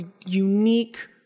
unique